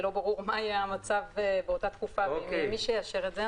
שלא ברור מה יהיה המצב באותה תקופה ואם יהיה מי שיאשר את זה,